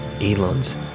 Elon's